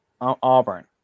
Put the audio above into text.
Auburn